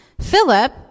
Philip